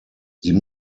die